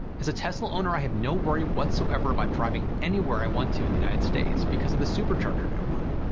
as a tesla owner i have no worry whatsoever about driving anywhere i want to in the united states because of the supercharger network.